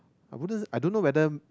I wouldn't I don't know whether